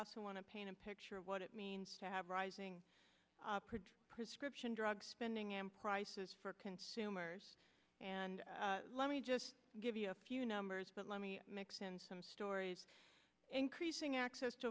also want to paint a picture of what it means to have rising prescription drug spending and prices for consumers and let me just give you a few numbers but let me mix in some stories increasing access to